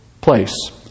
place